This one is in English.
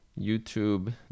YouTube